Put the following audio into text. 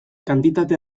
kantitate